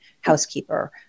housekeeper